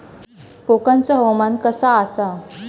कोकनचो हवामान कसा आसा?